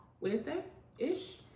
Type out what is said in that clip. Wednesday-ish